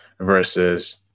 versus